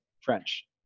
French